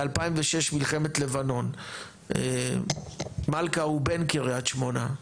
ב-2006 מלחמת לבנון מלכה הוא בן קריית שמונה,